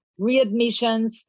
readmissions